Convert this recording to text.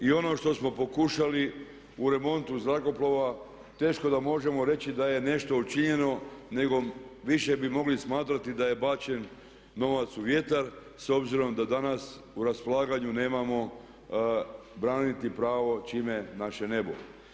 I ono što smo pokušali u remontu zrakoplova, teško da možemo reći da je nešto učinjeno nego više bi mogli smatrati da je bačen novac u vjetar s obzirom da danas u raspolaganju nemamo braniti pravo čime naše nebo.